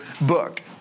book